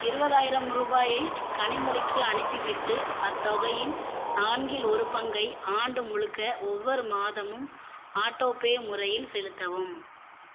இருபதாயிரம் ரூபாயை கனிமொழிக்கு அனுப்பிவிட்டு அத்தொகையின் நான்கில் ஒரு பங்கை ஆண்டு முழுக்க ஒவ்வொரு மாதமும் ஆட்டோபே முறையில் செலுத்தவும்